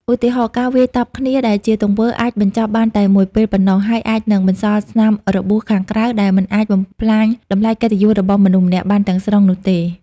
ឧទាហរណ៍៖ ការវាយតប់គ្នា ដែលជាទង្វើ អាចបញ្ចប់បានតែមួយពេលប៉ុណ្ណោះ ហើយអាចនឹងបន្សល់ស្នាមរបួសខាងក្រៅ តែមិនអាចបំផ្លាញតម្លៃកិត្តិយសរបស់មនុស្សម្នាក់បានទាំងស្រុងនោះទេ។